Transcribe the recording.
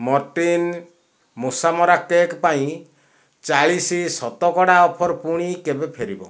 Mortein ମୂଷା ମରା cake ପାଇଁ ଚାଳିଶ ଶତକଡ଼ା ଅଫର୍ ପୁଣି କେବେ ଫେରିବ